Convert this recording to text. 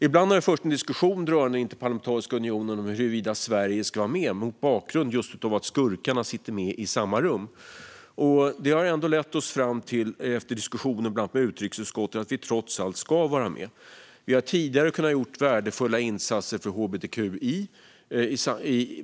Ibland har det förts en diskussion huruvida Sverige ska vara med i Interparlamentariska unionen, just mot bakgrund av att skurkarna sitter med i samma rum. Efter diskussioner med bland annat utrikesutskottet har detta lett oss fram till att vi trots allt ska vara med. Vi har tidigare kunnat göra värdefulla insatser för hbtqi.